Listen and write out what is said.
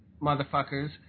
motherfuckers